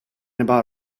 about